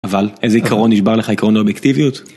אבל איזה עקרון נשבר לך עקרון האובייקטיביות.